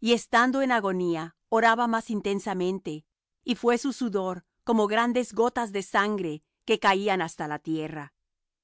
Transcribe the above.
y estando en agonía oraba más intensamente y fué su sudor como grandes gotas de sangre que caían hasta la tierra